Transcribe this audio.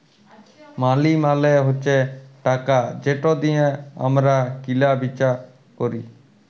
মালি মালে হছে টাকা যেট দিঁয়ে আমরা কিলা বিচা ক্যরি